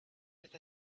with